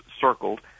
circled